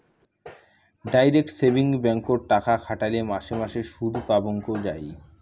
direct savings ব্যাঙ্ককোত এ টাকা খাটাইলে মাসে মাসে সুদপাবঙ্গ যাই